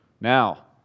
Now